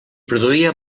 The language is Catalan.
produïa